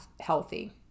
healthy